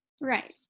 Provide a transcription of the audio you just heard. right